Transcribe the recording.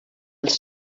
els